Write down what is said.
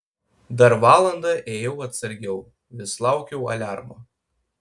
dar valandą ėjau atsargiau vis laukiau aliarmo